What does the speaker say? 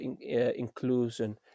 inclusion